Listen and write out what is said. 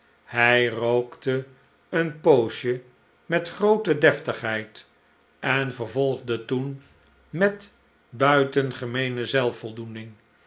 waarlijk hijrookte een poosje mt groote deftigheid en vervolgde i toen met buitehgemeene